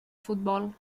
futbol